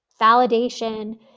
Validation